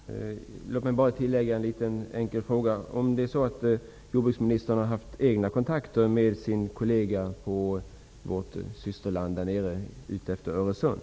Fru talman! Låt mig bara tillägga en liten enkel fråga: Har jordbruksministern haft egna kontakter med sin kollega i vårt systerland på andra sidan av Öresund?